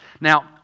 Now